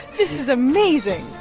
this is amazing.